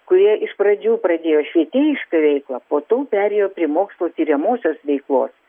kurie iš pradžių pradėjo švietėjišką veiklą po to perėjo prie mokslo tiriamosios veiklos